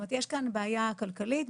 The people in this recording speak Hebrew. יש כאן בעיה כלכלית,